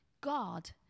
God